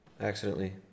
accidentally